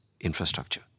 infrastructure